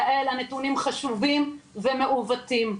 יעל, הנתונים חשובים ומעוותים.